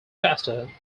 faster